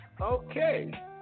Okay